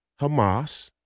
Hamas